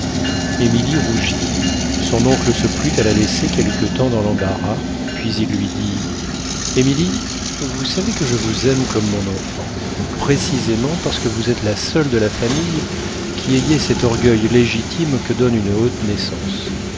émilie rougit son oncle se plut à la laisser quelque temps dans l'embarras puis il lui dit émilie vous savez que je vous aime comme mon enfant précisément parce que vous êtes la seule de la famille qui ayez cet orgueil légitime que donne une haute naissance